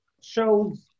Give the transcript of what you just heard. shows